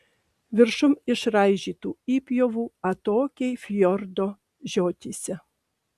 viršum išraižytų įpjovų atokiai fjordo žiotyse